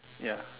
ya